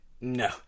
No